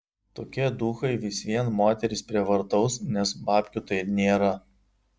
tokie duchai vis vien moteris prievartaus nes babkių tai nėra